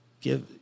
give